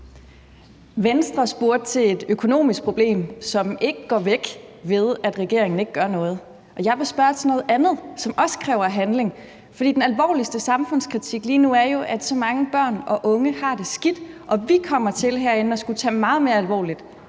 Venstre spurgte til et økonomisk problem, som ikke går væk, ved at regeringen ikke gør noget, og jeg vil spørge til noget andet, som også kræver handling. For den alvorligste samfundskritik lige nu er jo, at så mange børn og unge har det skidt, og vi kommer herinde til at skulle tage meget mere alvorligt,